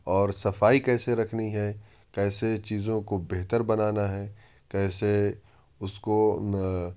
اور صفائی کیسے رکھنی ہے کسیے چیزوں کو بہتر بنانا ہے کیسے اس کو